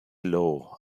law